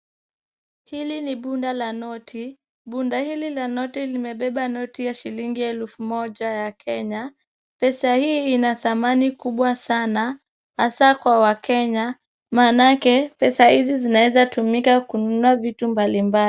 Hili ni bunda la noti. Bunda hili la noti limebeba noti ya shilingi elfu moja ya Kenya. Pesa hii ina thamani kubwa sana hasa kwa wakenya, maanake pesa hizi zinaweza tumika kununua vitu mbalimbali.